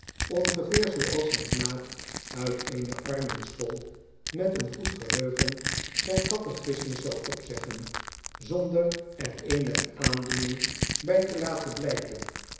ongeveer zooals een knaap uit eene armenschool met een goed geheugen zijn catechismus zou opzeggen zonder er eenige aandoening by te laten blyken